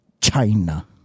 China